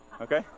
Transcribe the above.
Okay